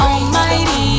Almighty